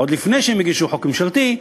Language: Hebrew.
עוד לפני שהם הגישו חוק ממשלתי,